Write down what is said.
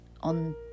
on